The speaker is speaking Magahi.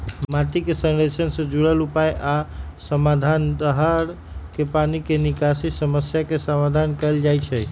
माटी के संरक्षण से जुरल उपाय आ समाधान, दाहर के पानी के निकासी समस्या के समाधान कएल जाइछइ